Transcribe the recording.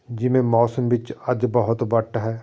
ਜਿਵੇਂ ਮੌਸਮ ਵਿੱਚ ਅੱਜ ਬਹੁਤ ਵੱਟ ਹੈ